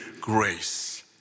grace